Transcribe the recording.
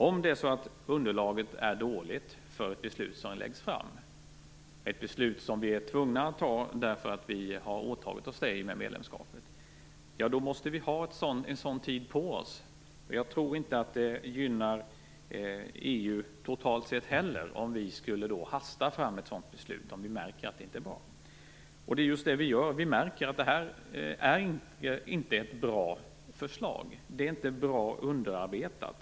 Om underlaget för ett förslag som läggs fram är dåligt, och vi är tvungna att fatta beslut därför att vi har åtagit oss det i och med medlemskapet, ja, då måste vi ha tid på oss. Jag tror inte att det gynnar EU totalt sett heller om vi hastar fram ett beslut fast vi märker att det inte blir bra. Det är just så det är nu. Vi märker att detta inte är ett bra förslag. Det är inte bra underarbetat.